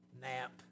nap